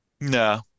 No